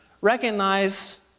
recognize